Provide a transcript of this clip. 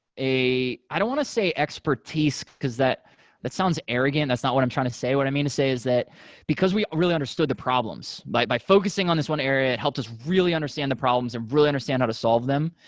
i don't want to say expertise, because that that sounds arrogant. that's not what i'm trying to say. what i mean to say is that because we really understood the problems, by focusing on this one area it helped us really understand the problems and really understand how to solve them.